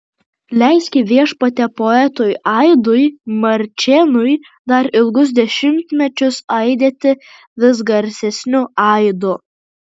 leiski viešpatie poetui aidui marčėnui dar ilgus dešimtmečius aidėti vis garsesniu aidu